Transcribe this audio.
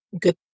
good